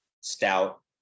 stout